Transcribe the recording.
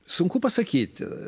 sunku pasakyti